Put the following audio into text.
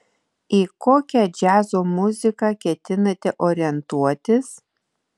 į kokią džiazo muziką ketinate orientuotis